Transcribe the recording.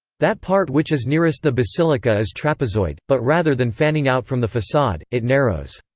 that part which is nearest the basilica is trapezoid, but rather than fanning out from the facade, it narrows.